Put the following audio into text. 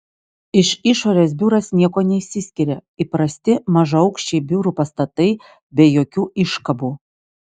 iš išorės biuras niekuo neišsiskiria įprasti mažaaukščiai biurų pastatai be jokių iškabų